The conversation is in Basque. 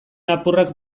apurrak